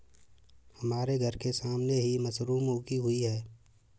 हमारे घर के सामने ही मशरूम उगी हुई है